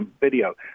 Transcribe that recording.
video